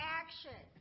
action